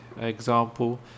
example